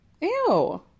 Ew